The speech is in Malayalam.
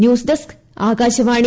news desk ആകാശവാണ്ടു